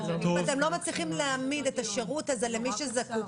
אם אתם לא מצליחים להעמיד את השירות הזה למי שזקוק,